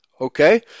Okay